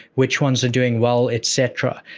which ones are doing well, et cetera.